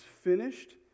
finished